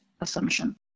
assumption